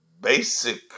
basic